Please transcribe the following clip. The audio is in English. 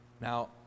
Now